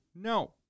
No